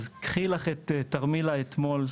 אז קחי לך את תרמיל האתמול,